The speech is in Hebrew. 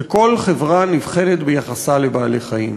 שכל חברה נבחנת ביחסה לבעלי-חיים.